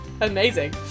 Amazing